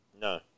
No